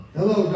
Hello